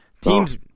teams